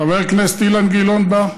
חבר הכנסת אילן גילאון בא,